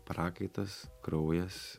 prakaitas kraujas